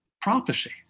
Prophecy